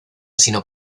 sino